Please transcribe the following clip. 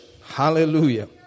Hallelujah